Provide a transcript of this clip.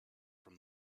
from